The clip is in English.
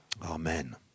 Amen